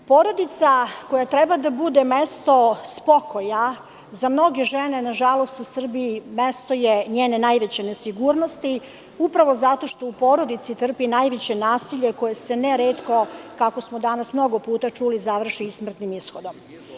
Porodica koja treba da bude mesto spokoja za mnoge žene, nažalost, u Srbiji je mesto njene najveće nesigurnosti, i to zato što u porodici trpi najveće nasilje koje se ne retko, kako smo danas puno puta čuli, završi smrtnim ishodom.